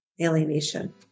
alienation